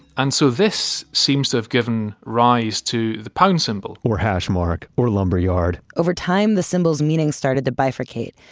and so this seems to have given rise to the pound symbol or hash mark, or lumberyard over time the symbols meaning started to bifurcate.